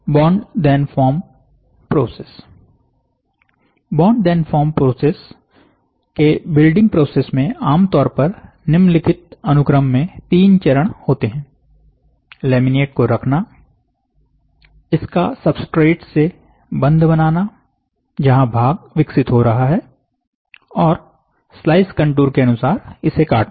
bond then form process bond then form process के building process में आमतौर पर निम्नलिखित अनुक्रम में 3 चरण होते हैंलैमिनेट को रखना इसका सब्सट्रेट से बंध बनाना जहां भाग विकसित हो रहा है और स्लाइस कंटूर के अनुसार इसे काटना